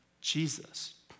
Jesus